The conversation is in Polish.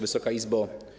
Wysoka Izbo!